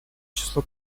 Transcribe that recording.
число